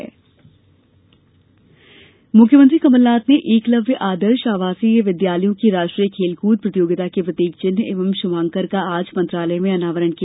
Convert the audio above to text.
राष्ट्रीय खेलकूद प्रतियोगिता मुख्यमंत्री कमल नाथ ने एकलव्य आदर्श आवासीय विद्यालयों की राष्ट्रीय खेलकृद प्रतियोगिता के प्रतीक चिह्न एवं शुभांकर का आज मंत्रालय में अनावरण किया